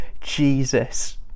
Jesus